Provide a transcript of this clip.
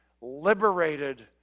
liberated